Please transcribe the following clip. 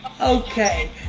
Okay